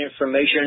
information